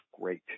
great